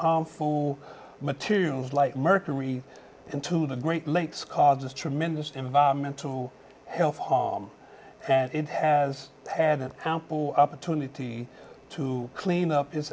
harmful materials like mercury into the great lakes causes tremendous environmental health harm and it has had an ample opportunity to clean up i